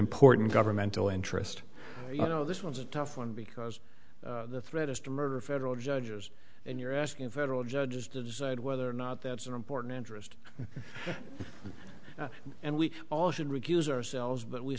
important governmental interest you know this was a tough one because the threat is to murder federal judges and you're asking a federal judge to decide whether or not that's an important interest and we all should recuse ourselves but we